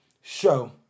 Show